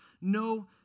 no